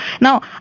Now